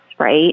right